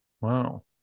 Wow